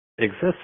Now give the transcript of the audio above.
exists